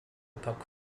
puck